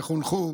שחונכו